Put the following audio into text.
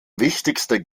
wichtigste